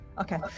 okay